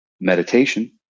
meditation